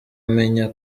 amenya